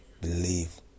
Believe